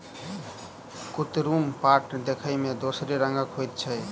कुतरुम पाट देखय मे दोसरे रंगक होइत छै